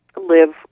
live